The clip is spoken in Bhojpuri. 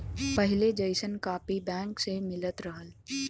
पहिले जइसन कापी बैंक से मिलत रहल